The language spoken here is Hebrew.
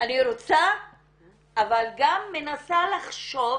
רוצה אבל גם מנסה לחשוב,